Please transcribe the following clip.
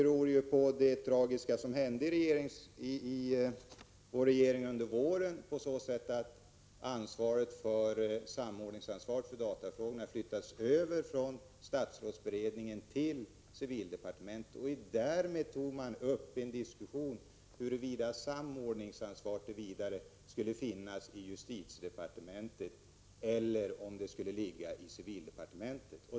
Förseningen berodde på det tragiska som hände i vår regering under våren, vilket föranledde att samordningsansvaret för datafrågorna flyttades över från statsrådsberedningen till civildepartementet. I samband därmed fördes en diskussion om huruvida samordningsansvaret tills vidare skulle vila på justitiedepartementet eller på civildepartementet.